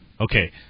Okay